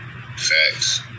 Facts